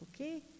okay